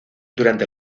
durante